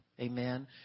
Amen